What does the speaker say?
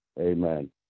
Amen